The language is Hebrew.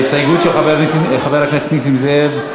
ההסתייגות של חברי הכנסת זהבה גלאון,